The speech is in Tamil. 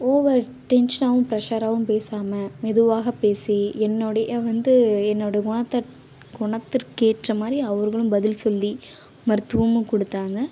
ஓவர் டென்ஷனாகவும் ப்ரஷராகவும் பேசாமல் மெதுவாக பேசி என்னுடைய வந்து என்னோடய குணத்தட் குணத்திற்கேற்ற மாதிரி அவர்களும் பதில் சொல்லி மருத்துவமும் கொடுத்தாங்க